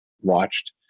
watched